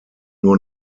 nur